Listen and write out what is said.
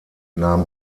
nahm